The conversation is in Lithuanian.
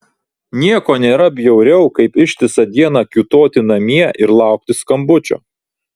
nieko nėra bjauriau kaip ištisą dieną kiūtoti namie ir laukti skambučio